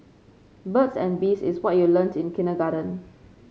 birds and bees is what you learnt in kindergarten